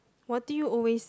what do you always